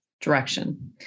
direction